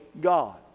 God